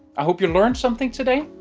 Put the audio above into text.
i hope you learned something today,